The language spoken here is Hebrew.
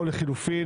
או לחילופין